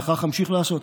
וכך אמשיך לעשות.